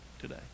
today